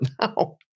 now